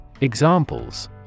Examples